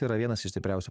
yra vienas iš stipriausių